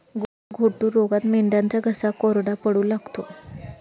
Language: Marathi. गलघोटू रोगात मेंढ्यांचा घसा कोरडा पडू लागतो